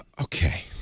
okay